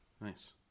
nice